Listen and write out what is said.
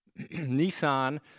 nissan